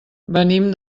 venim